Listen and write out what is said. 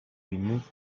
remove